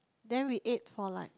then we ate for like